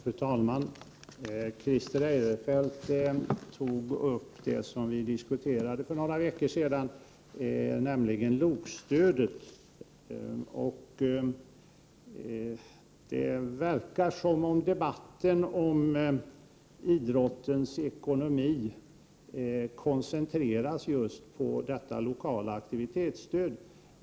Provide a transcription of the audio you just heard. Fru talman! Christer Eirefelt tog upp det som vi diskuterade för några veckor sedan, nämligen LOK-stödet. Det verkar som om debatten om idrottens ekonomi koncentreras just på detta lokala aktivitetsstöd.